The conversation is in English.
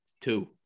two